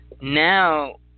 Now